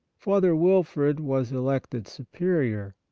father wilfrid was elected superior,